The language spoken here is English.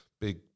big